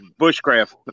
bushcraft